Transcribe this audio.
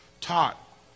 taught